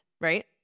right